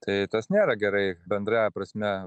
tai tas nėra gerai bendrąja prasme